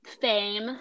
fame